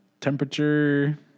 temperature